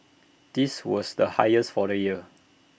this was the highest for the year